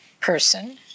person